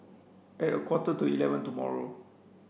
at a quarter to eleven tomorrow